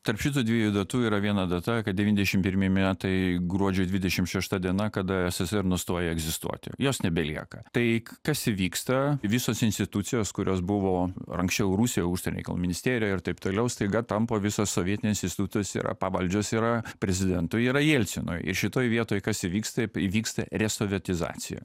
tarp šitų dviejų datų yra viena data kad devyniasdešim pirmi metai gruodžio dvidešim šešta diena kada ssr nustoja egzistuoti jos nebelieka tai kas įvyksta visos institucijos kurios buvo anksčiau rusija užsienio reikalų ministerija ir taip toliau staiga tampa visos sovietinės institucijos yra pavaldžios yra prezidentui yra jelcinui ir šitoj vietoj kas įvyksta įvyksta resovietizacija